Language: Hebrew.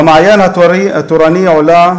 ב"מעיין החינוך התורני" היא עולה